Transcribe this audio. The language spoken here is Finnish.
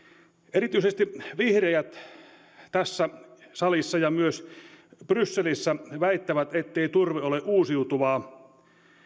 erityisesti vihreät tässä salissa ja myös brysselissä väittävät ettei turve ole uusiutuvaa